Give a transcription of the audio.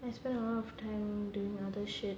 I spent a lot of time doing other shit